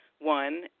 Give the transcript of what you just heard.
one